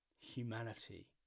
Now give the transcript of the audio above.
humanity